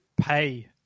pay